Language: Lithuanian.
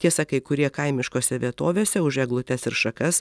tiesa kai kurie kaimiškose vietovėse už eglutes ir šakas